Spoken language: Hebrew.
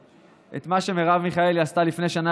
את מה שמרב מיכאלי עשתה לפני שנה